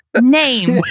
name